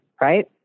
right